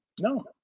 No